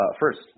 First